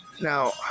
now